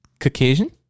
Caucasian